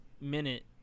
minute